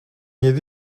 yedi